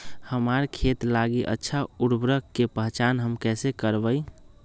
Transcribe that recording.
हमार खेत लागी अच्छा उर्वरक के पहचान हम कैसे करवाई?